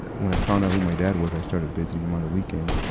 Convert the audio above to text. when i found out who my dad was, i started visiting him on the weekend.